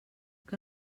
que